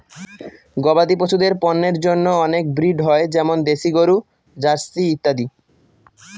গবাদি পশুদের পন্যের জন্য অনেক ব্রিড হয় যেমন দেশি গরু, জার্সি ইত্যাদি